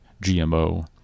GMO